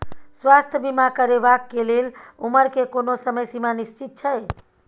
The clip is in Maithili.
स्वास्थ्य बीमा करेवाक के लेल उमर के कोनो समय सीमा निश्चित छै?